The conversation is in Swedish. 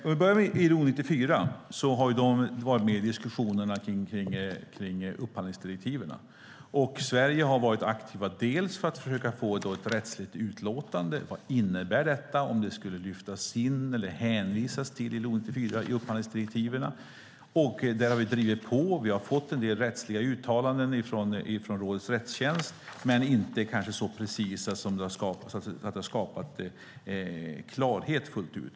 Herr talman! ILO 94 har varit med i diskussionerna om upphandlingsdirektiven. Sverige har varit aktivt för att få ett rättsligt utlåtande om vad det innebär om ILO 94 skulle lyftas in eller hänvisas till i upphandlingsdirektiven. Här har vi drivit på och fått en del rättsliga uttalanden från rådets rättstjänst, men de har inte varit så precisa att det har skapat klarhet fullt ut.